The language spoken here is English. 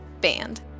band